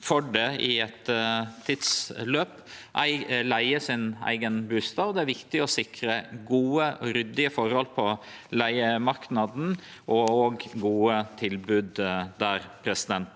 for det i eit tidsløp – leiger sin eigen bustad. Det er viktig å sikre gode og ryddige forhold på leigemarknaden og gode tilbod der.